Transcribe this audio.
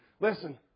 Listen